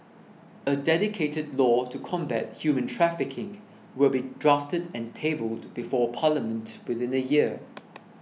a dedicated law to combat human trafficking will be drafted and tabled before Parliament within a year